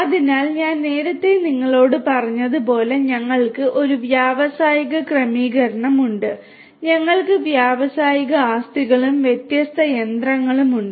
അതിനാൽ ഞാൻ നേരത്തെ നിങ്ങളോട് പറഞ്ഞതുപോലെ ഞങ്ങൾക്ക് ഒരു വ്യാവസായിക ക്രമീകരണമുണ്ട് ഞങ്ങൾക്ക് വ്യാവസായിക ആസ്തികളും വ്യത്യസ്ത യന്ത്രങ്ങളുമുണ്ട്